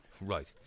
Right